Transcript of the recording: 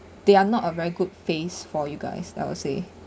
they are not a very good phase for you guys I would say